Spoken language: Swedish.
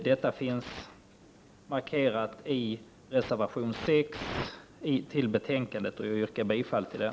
Detta finns markerat i reservation 6 till betänkandet, och jag yrkar bifall till den.